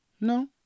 no